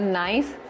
nice